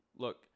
Look